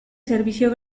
servicio